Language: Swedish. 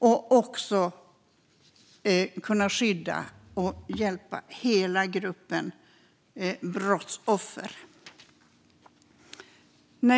De ska också kunna skydda och hjälpa hela gruppen brottsoffer.